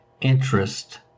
interest